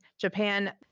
Japan